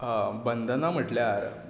बंधना म्हणल्यार